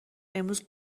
امروز